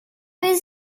was